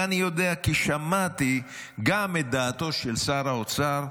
ואני יודע כי שמעתי גם את דעתו של שר האוצר,